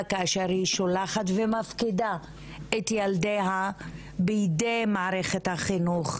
כאשר היא שולחת ומפקידה את ילדיה בידי מערכת החינוך.